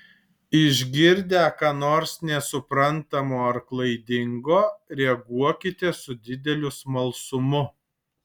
išgirdę ką nors nesuprantamo ar klaidingo reaguokite su dideliu smalsumu